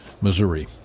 Missouri